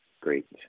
great